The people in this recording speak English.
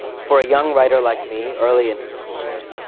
for a young writer like me, early in his career,